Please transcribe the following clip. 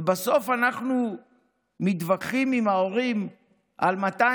ובסוף אנחנו מתווכחים עם הורים על 200